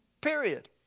Period